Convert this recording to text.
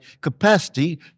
capacity